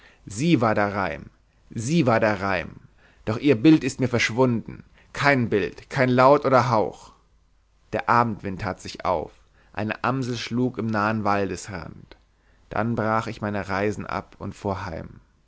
sie war der reim sie war der reim doch ihr bild ist mir verschwunden kein bild kein laut oder hauch der abendwind tat sich auf eine amsel schlug im nahen waldesrand dann brach ich meine reisen ab und fuhr heim